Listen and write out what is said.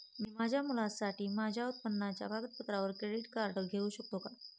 मी माझ्या मुलासाठी माझ्या उत्पन्नाच्या कागदपत्रांवर क्रेडिट कार्ड घेऊ शकतो का?